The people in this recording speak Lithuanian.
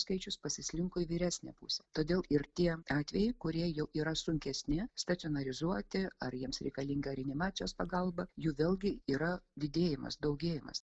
skaičius pasislinko į vyresnę pusę todėl ir tie atvejai kurie jau yra sunkesni stacionarizuoti ar jiems reikalinga reanimacijos pagalba jų vėlgi yra didėjimas daugėjimas